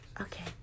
Okay